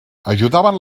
ajudaven